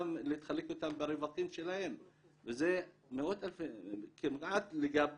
ולהתחלק איתם ברווחים שלהם וזה מאות אלפי --- לגביי,